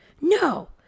no